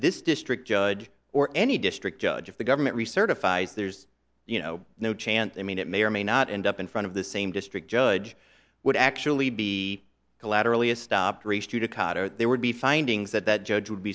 this district judge or any district judge of the government recertify is there's you know no chance i mean it may or may not end up in front of the same district judge would actually be collaterally a stopped race judicata or they would be findings that that judge would